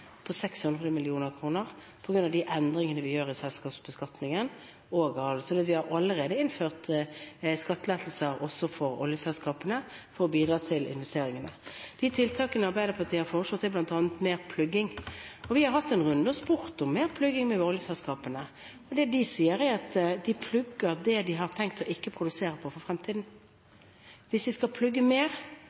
på 600 mill. kr på grunn av de endringene vi gjør i selskapsbeskatningen, så vi har allerede innført skattelettelser også for oljeselskapene for å bidra til investeringene. De tiltakene Arbeiderpartiet har foreslått, er bl.a. mer plugging. Vi har hatt en runde med oljeselskapene og spurt om mer plugging, og det de sier, er at de plugger det de har tenkt å ikke produsere på for fremtiden. Hvis de skal plugge mer,